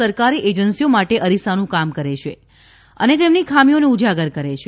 સરકારી એજન્સીઓ માટે અરીસાનું કામ કરે છે અને તેમની ખામીઓને ઉજાગર કરે છે